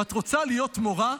אם את רוצה להיות מורה,